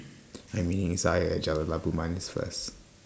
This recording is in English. I'm meeting Isaiah At Jalan Labu Manis First